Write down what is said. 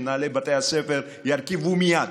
שמנהלי בתי הספר ירכיבו מייד